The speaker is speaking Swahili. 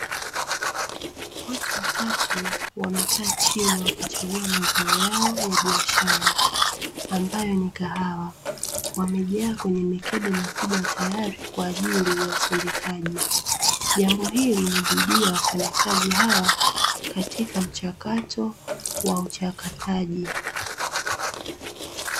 Watu watatu wamekaa chini wakichagua mazao yao ya kibiashara ambayo ni kahawa, wamejaa kwenye mikebe mikubwa tayari kwa ajili ya usindikaji. Jambo hili ni bidii ya wafanyakazi hawa katika mchakato wa uchakataji.